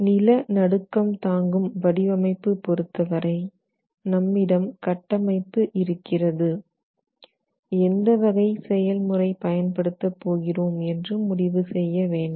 நிலநடுக்கம் தாங்கும் வடிவமைப்பு பொருத்தவரை நம்மிடம் கட்டமைப்பு இருக்கிறது எந்த வகை செயல் முறை பயன்படுத்தப் போகிறோம் என்று முடிவு செய்ய வேண்டும்